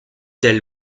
telle